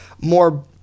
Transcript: more